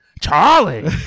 Charlie